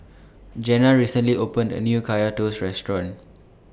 Janna recently opened A New Kaya Toast Restaurant